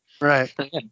Right